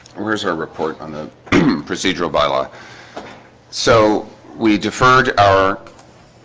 where's our report on the procedural bylaw so we deferred our